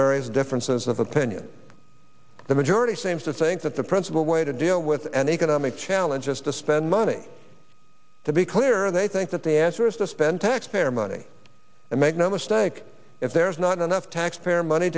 various differences of opinion the majority seems to think that the principal way to deal with an economic challenge is to spend money to be clear they think that the answer is to spend taxpayer money and make no mistake if there is not enough taxpayer money